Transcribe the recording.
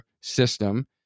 system